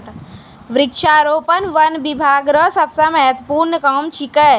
वृक्षारोपण वन बिभाग रो सबसे महत्वपूर्ण काम छिकै